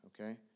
Okay